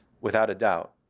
without a doubt.